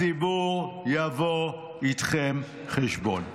הציבור יבוא איתכם חשבון.